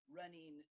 running